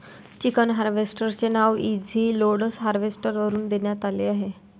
chicken harvester चे नाव easy load harvester वरून देण्यात आले आहे